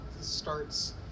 starts